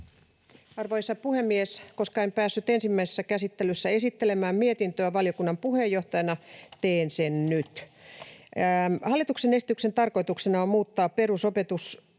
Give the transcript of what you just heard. Arvoisa puhemies! Koska en päässyt ensimmäisessä käsittelyssä esittelemään mietintöä valiokunnan puheenjohtajana, teen sen nyt. Hallituksen esityksen tarkoituksena on muuttaa perusopetusta,